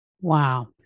Wow